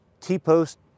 T-post